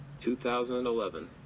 2011